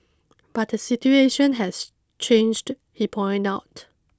but the situation has changed he pointed out